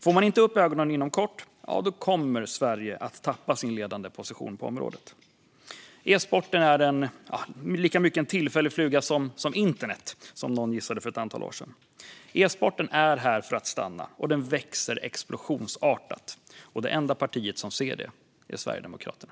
Får man inte upp ögonen inom kort kommer Sverige att tappa sin ledande position på området. E-sporten är lika mycket en tillfällig fluga som internet, som någon gissade för ett antal år sedan. E-sporten är här för att stanna, och den växer explosionsartat. Och det enda parti som ser detta är Sverigedemokraterna.